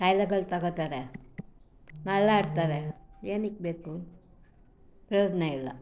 ಕಾಯಿಲೆಗಳು ತಗೊಳ್ತಾರೆ ನರಳಾಡ್ತಾರೆ ಏನಕ್ಕೆ ಬೇಕು ಪ್ರಯೋಜನ ಇಲ್ಲ